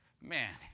Man